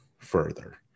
further